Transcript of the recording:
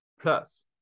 plus